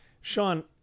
Sean